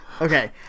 okay